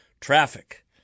traffic